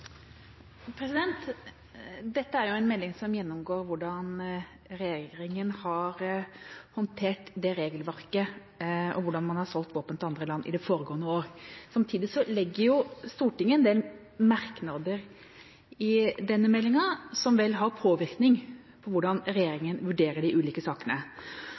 Dette er en melding som gjennomgår hvordan regjeringa har håndtert dette regelverket, og hvordan man har solgt våpen til andre land i det foregående år. Samtidig legger Stortinget inn en del merknader til denne meldinga som vel har påvirkning på hvordan regjeringa vurderer de ulike sakene.